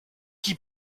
qui